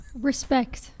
Respect